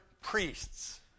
priests